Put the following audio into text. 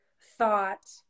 thought